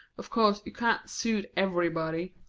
of course you can't suit everybody.